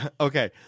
okay